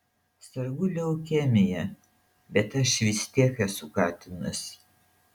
sergu leukemija bet aš vis tiek esu katinas